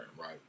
right